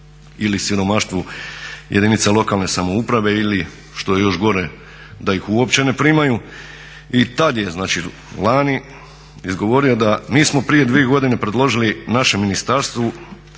ili siromaštvu jedinice lokalne samouprave ili što je još gore da ih uopće ne primaju i tad je lani izgovorio da mi smo prije dvije godine predložili našem ministarstvu